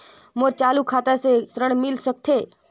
मोर चालू खाता से ऋण मिल सकथे?